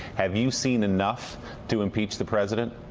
have you seen enough to impeach the president?